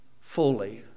fully